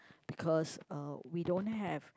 because uh we don't have